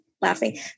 laughing